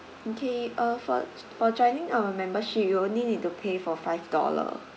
okay uh for for joining our membership you only need to pay for five dollar